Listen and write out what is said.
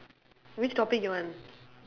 which topic you want